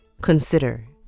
consider